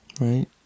right